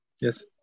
Yes